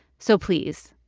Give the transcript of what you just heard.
so please,